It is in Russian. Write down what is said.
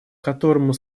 которому